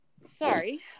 Sorry